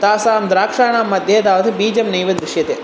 तासां द्राक्षाणाम्मध्ये तावत् बीजं नैव दृश्यते